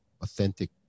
authentic